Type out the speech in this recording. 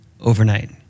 overnight